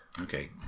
Okay